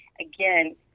again